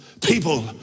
people